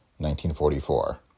1944